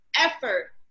effort